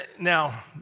Now